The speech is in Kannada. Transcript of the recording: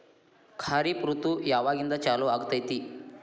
ಖಾರಿಫ್ ಋತು ಯಾವಾಗಿಂದ ಚಾಲು ಆಗ್ತೈತಿ?